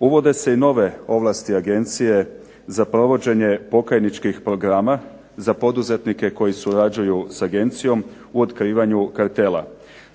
Uvode se nove ovlasti agencije za provođenje pokajničkih programa za poduzetnike koji surađuju sa agencijom u otkrivanju kartela.